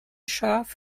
schaf